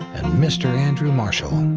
and mr. andrew marshall.